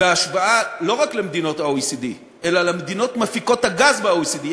בהשוואה לא רק למדינות ה-OECD אלא למדינות מפיקות הגז ב-OECD,